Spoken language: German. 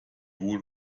wohl